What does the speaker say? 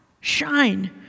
shine